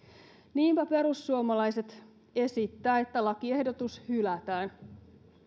niinpä perussuomalaiset esittää että lakiehdotus hylätään